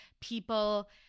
people